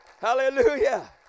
Hallelujah